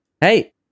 Hey